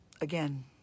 Again